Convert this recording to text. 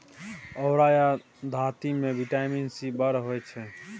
औरा या धातृ मे बिटामिन सी बड़ होइ छै